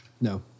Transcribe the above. No